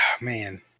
Man